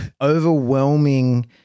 overwhelming